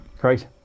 Great